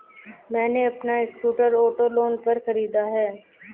मैने अपना scooter auto loan पर खरीदा है